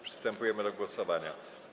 Przystępujemy do głosowania.